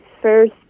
first